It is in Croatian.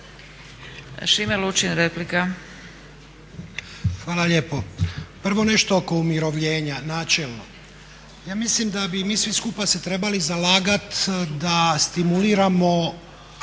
Šime (SDP)** Hvala lijepo. Prvo nešto oko umirovljenja, načelno. Ja mislim da bi mi svi skupa se trebali zalagati da stimuliramo